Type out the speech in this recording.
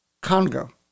Congo